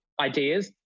ideas